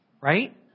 Right